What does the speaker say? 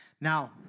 Now